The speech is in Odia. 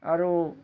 ଆରୁ